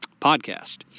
podcast